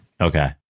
Okay